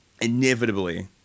inevitably